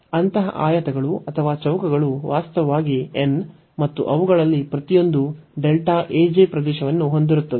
ಅಂತಹ ಆಯತಗಳು ಅಥವಾ ಚೌಕಗಳು ವಾಸ್ತವವಾಗಿ n ಮತ್ತು ಅವುಗಳಲ್ಲಿ ಪ್ರತಿಯೊಂದೂ ಪ್ರದೇಶವನ್ನು ಹೊಂದಿರುತ್ತದೆ